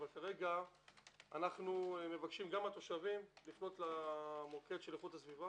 אבל כרגע אנו מבקשים גם מהתושבים לפנות למוקד איכות הסביבה